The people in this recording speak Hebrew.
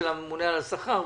של הממונה על השכר וכולי.